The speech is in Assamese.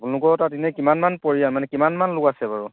আপোনালোকৰ তাত ইনেই কিমানমান পৰিয়াল মানে কিমানমান লোক আছে বাৰু